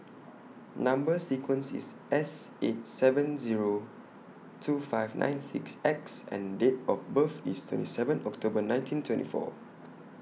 Number sequence IS S eight seven Zero two five nine six X and Date of birth IS twenty seven October nineteen twenty four